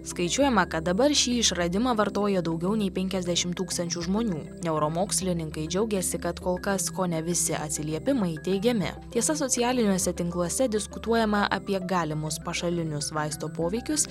skaičiuojama kad dabar šį išradimą vartoja daugiau nei penkiasdešim tūkstančių žmonių neuromokslininkai džiaugiasi kad kol kas kone visi atsiliepimai teigiami tiesa socialiniuose tinkluose diskutuojama apie galimus pašalinius vaisto poveikius